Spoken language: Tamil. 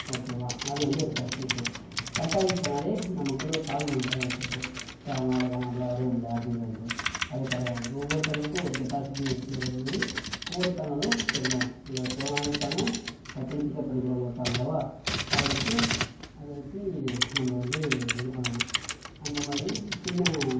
ஓகேவா அது வந்து ஒரு ஃபர்ஸ்ட் விஷயம் கம்பேரிட் பண்ணாலே நம்மக்குள்ளே ஒரு தாழ்வு மனப்பானம் ஏற்பட்டுரும் அவங்களா வரையறாங்க நம்மளா வரைய முடில அப்படிங்கிற வந்துடும் அது கிடையாது ஒவ்வொருத்தவங்களும் ஒரு கெப்பாசிட்டி இருக்குங்கிற மாரி ஒவ்வொருத்தவங்களும் கொஞ்சம் லோ ஸ்லோ லேர்னர் இருப்பாங்க டக்குன்னு பிக்அப் பண்ணிக்கிறவங்களும் இருப்பாங்க அல்லவா அதை வெச்சு அது வெச்சு நம்ம வந்து இது பண்ணணும் அந்த மாதிரி சின்ன